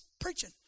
preaching